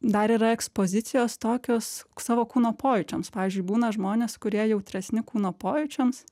dar yra ekspozicijos tokios savo kūno pojūčiams pavyzdžiui būna žmonės kurie jautresni kūno pojūčiams